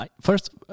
First